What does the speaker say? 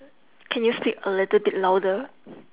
can you speak a little bit louder